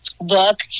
book